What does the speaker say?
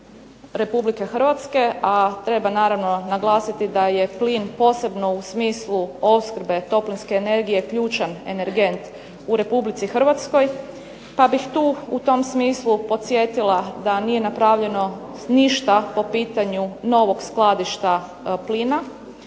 Republike Hrvatske. A treba naravno naglasiti da je plin posebno u smislu opskrbe toplinske energije ključan energent u Republici Hrvatskoj pa bih tu u tom smislu podsjetila da nije napravljeno ništa po pitanju novog skladišta plina